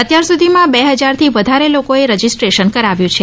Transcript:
અત્યારસુધીમાં બે હજાર થી વધારે લોકોએ રજીસ્ટ્રેશન કરાવ્યુ છે